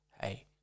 Hey